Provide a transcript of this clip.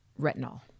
Retinol